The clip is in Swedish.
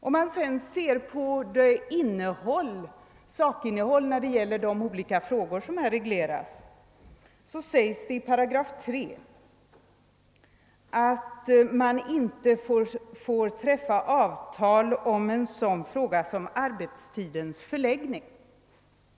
Om vi sedan ser på sakinnehållet beträffande olika frågor som här regleras, finner vi att det i 3 § sägs att avtal inte får träffas om en sådan fråga som gäller arbetstidens förläggning.